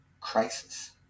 crisis